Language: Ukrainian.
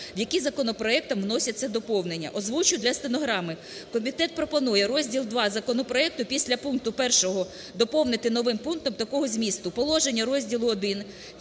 які законопроектом вносяться доповнення, озвучу для стенограми. Комітет пропонує розділ ІІ законопроекту після пункту 1 доповнити новим пунктом такого змісту: "Положення розділу І